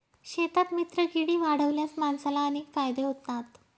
शेतात मित्रकीडी वाढवल्यास माणसाला अनेक फायदे होतात